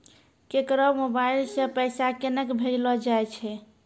केकरो मोबाइल सऽ पैसा केनक भेजलो जाय छै?